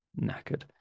knackered